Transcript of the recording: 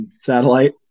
satellite